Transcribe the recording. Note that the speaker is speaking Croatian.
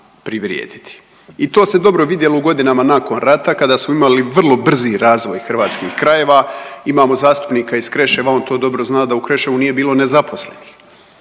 i to se dobro vidjelo u godinama nakon rata kada smo imali vrlo brzi razvoj hrvatskih krajeva, imamo zastupnika iz Kreševa, on to dobro zna da u Kreševu nije bilo nezaposlenih,